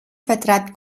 vertreibt